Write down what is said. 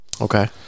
Okay